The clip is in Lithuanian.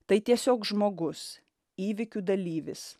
tai tiesiog žmogus įvykių dalyvis